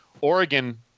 Oregon